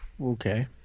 Okay